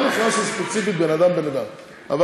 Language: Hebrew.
לא נכנסנו ספציפית בן אדם בן אדם, אבל,